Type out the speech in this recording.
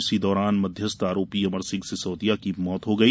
इसी दौरान मध्यस्थ आरोपी अमर सिंह सिसोदिया की मौत हो गई